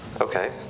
Okay